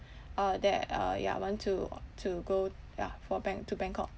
uh that uh ya want to to go yeah for bang~ to bangkok